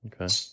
Okay